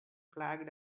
flagged